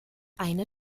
eine